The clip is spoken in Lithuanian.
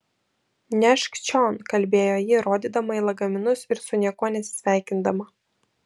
nešk čion kalbėjo ji rodydama į lagaminus ir su niekuo nesisveikindama